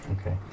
Okay